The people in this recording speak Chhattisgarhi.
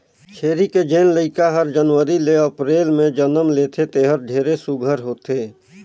छेरी के जेन लइका हर जनवरी ले अपरेल में जनम लेथे तेहर ढेरे सुग्घर होथे